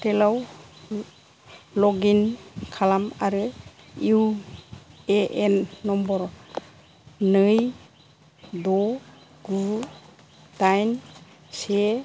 पर्टेलाव log in खालाम आरो इउ ए एन नम्बर नै द' गु दाइन से